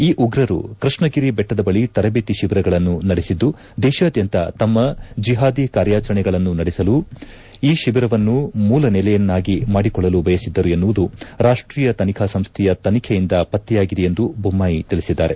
ಈ ಉಗ್ರರು ಕೃಷ್ಣಗಿರಿ ಬೆಟ್ಟದ ಬಳಿ ತರಬೇತಿ ಶಿಬಿರಗಳನ್ನು ನಡೆಸಿದ್ದು ದೇಶಾದ್ಯಂತ ತಮ್ಮ ಜೆಹಾದಿ ಕಾರ್ಯಚರಣೆಗಳನ್ನು ನಡೆಸಲು ಆ ಶಿಬಿರವನ್ನು ಮೂಲ ನೆಲೆಯನ್ನಾಗಿ ಮಾಡಿಕೊಳ್ಳಲು ಬಯಸಿದ್ದರು ಎನ್ನುವುದು ರಾಷ್ಟೀಯ ತನಿಖಾ ಸಂಸ್ಥೆಯ ತನಿಖೆಯಿಂದ ಪತ್ತೆಯಾಗಿದೆ ಎಂದು ಬೊಮ್ಮಾಬಿ ತಿಳಿಸಿದ್ದಾರೆ